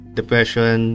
depression